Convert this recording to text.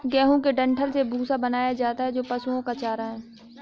गेहूं के डंठल से भूसा बनाया जाता है जो पशुओं का चारा है